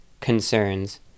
concerns